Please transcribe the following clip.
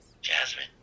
Jasmine